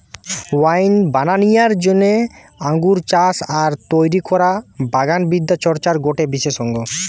wine বানানিয়ার জিনে আঙ্গুর চাষ আর তৈরি করা বাগান বিদ্যা চর্চার গটে বিশেষ অঙ্গ